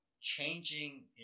changing